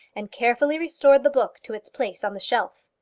and carefully restored the book to its place on the shelf.